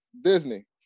Disney